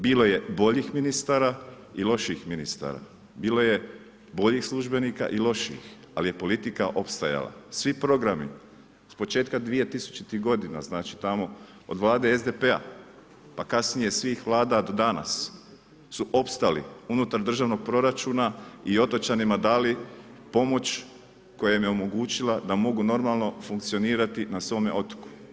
Bilo je boljih ministara i lošijih ministara, bilo je boljih službenika i lošijih, ali je politika opstajala, svi programi iz početka 2000.godina, znači tamo od vlade SDP-a pa kasnije svih vlada do danas su opstali unutar državnog proračuna i otočanima dali pomoć koja im je omogućila da mogu normalno funkcionirati na svome otoku.